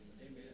Amen